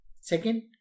Second